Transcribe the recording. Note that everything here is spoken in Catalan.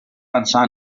pensar